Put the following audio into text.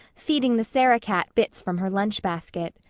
feeding the sarah-cat bits from her lunchbasket.